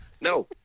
no